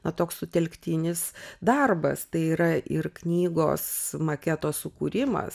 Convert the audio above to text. na toks sutelktinis darbas tai yra ir knygos maketo sukūrimas